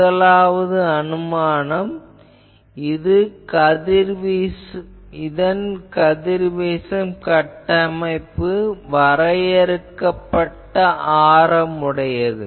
முதலாவது இந்த கதிர்வீசும் கட்டமைப்பு வரையறுக்கப்பட்ட ஆரம் உடையது